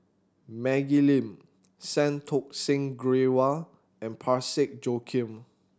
Maggie Lim Santokh Singh Grewal and Parsick Joaquim